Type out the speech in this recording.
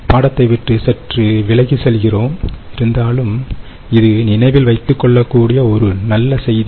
பாடத்தை விட்டு சற்று விலகி செல்கிறோம் இருந்தாலும் இது நினைவில் வைத்துக்கொள்ள கூடிய ஒரு நல்ல செய்தி